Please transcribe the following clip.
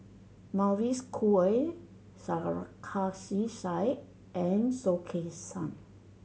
Mavis Khoo Oei Sarkasi Said and Soh Kay Siang